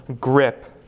grip